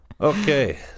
Okay